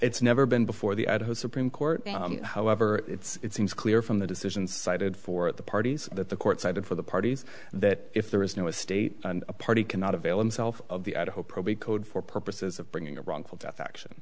it's never been before the idaho supreme court however it's seems clear from the decision cited for the parties that the court sided for the parties that if there is no a state and a party cannot avail itself of the idaho probably code for purposes of bringing a wrongful death action